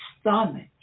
stomach